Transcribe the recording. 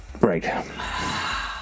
right